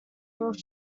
north